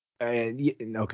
Okay